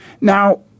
Now